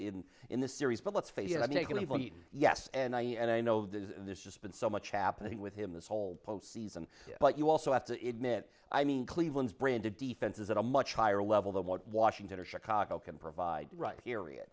in in the series but let's face it i mean yes and i know there's just been so much happening with him this whole post season but you also have to admit i mean cleveland's brand of defense is at a much higher level than what washington or chicago can provide right